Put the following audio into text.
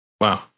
Wow